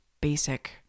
basic